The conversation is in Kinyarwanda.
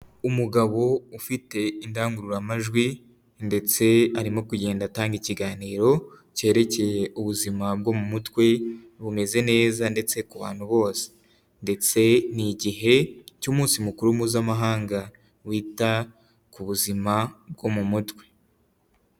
Umugabo ufite indangururamajwi, ndetse arimo kugenda atanga ikiganiro cyerekeye ubuzima bwo mu mutwe bumeze neza, ndetse ku bantu, bose ndetse n'igihe cy'umunsi mukuru mpuzamahanga wita ku buzima bwo mu mutwe.